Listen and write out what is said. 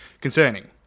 concerning